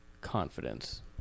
confidence